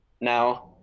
now